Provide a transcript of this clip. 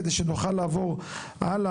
כדי שנוכל לעבור הלאה,